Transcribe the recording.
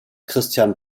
christian